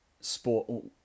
sport